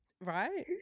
right